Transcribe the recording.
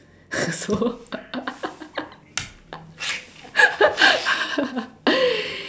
so